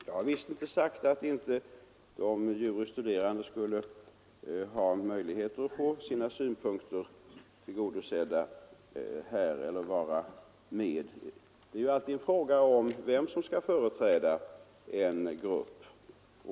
Herr talman! Jag har visst inte sagt att inte de juris studerande skulle ha möjligheter att få sina synpunkter tillgodosedda av nämnden eller att vara med i det sammanhanget. Men det är ju alltid en fråga om vem som skall företräda en grupp.